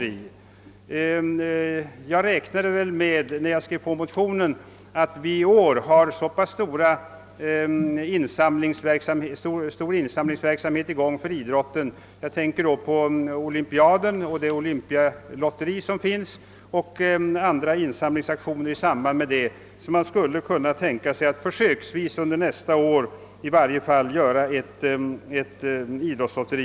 När jag skrev under motionen räknade jag med att det med hänsyn till att det i år förekommer en så pass stor insamlingsverksamhet för idrotten — jag tänker härvid på olympialotteriet och andra insamlingsaktioner i samband därmed — skulle räcka med att man under nästa år åtminstone försöksvis anordnade ett sådant lotteri.